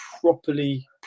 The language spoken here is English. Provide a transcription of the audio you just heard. properly